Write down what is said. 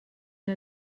der